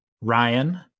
Ryan